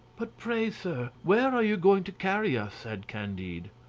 but pray, sir, where are you going to carry us? said candide.